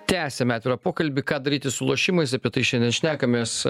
tęsiame atvirą pokalbį ką daryti su lošimais apie tai šiandien šnekamės